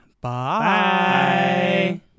Bye